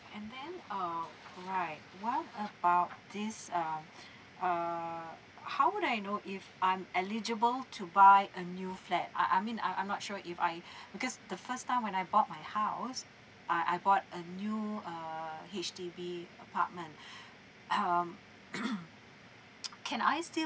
and then uh right what about this uh err how would I know if I'm eligible to buy a new flat I I mean I I'm not sure if I because the first time when I bought my house uh I bought a new err H_D_B apartment um can I still